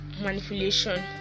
manipulation